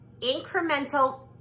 incremental